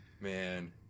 Man